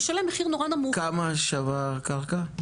כמה שווה הקרקע?